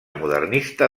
modernista